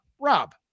Rob